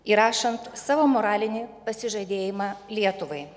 įrašant savo moralinį pasižadėjimą lietuvai